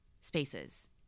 spaces